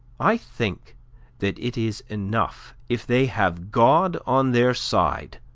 i think that it is enough if they have god on their side,